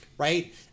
Right